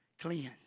Cleanse